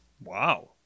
Wow